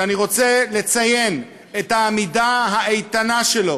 שאני רוצה לציין את העמידה האיתנה שלו